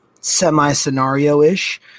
semi-scenario-ish